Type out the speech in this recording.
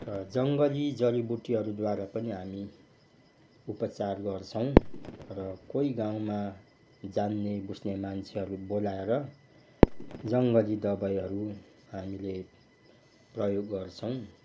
र जङ्ली जरीबुटीहरूद्वारा पनि हामी उपचार गर्छौँ र कोही गाउँमा जान्नेबुझ्ने मान्छेहरू बोलाएर जङ्गली दबाईहरू हामीले प्रयोग गर्छौँ